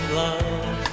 love